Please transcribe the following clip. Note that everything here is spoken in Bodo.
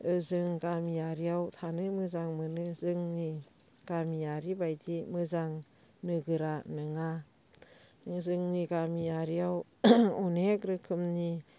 ओजों गामिआरियाव थानो मोजां मोनो जोंनि गामियारि बायदि मोजां नोगोरा नङा जोंनि गामियारियाव अनेक रोखोमनि